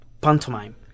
pantomime